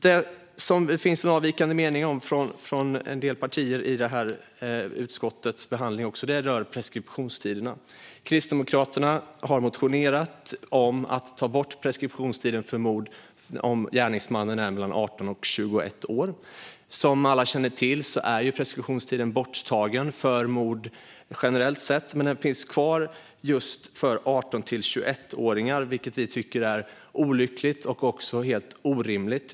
Det som det finns en avvikande mening om i en del partier i utskottets behandling rör preskriptionstiderna. Kristdemokraterna har motionerat om att ta bort preskriptionstiden för mord om gärningsmannen är mellan 18 och 21 år. Som alla känner till är preskriptionstiden borttagen för mord generellt, men den finns kvar just för 18-20-åringar, vilket vi tycker är olyckligt och helt orimligt.